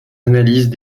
analyse